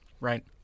Right